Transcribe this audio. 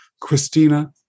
Christina